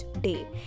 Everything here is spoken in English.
day